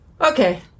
Okay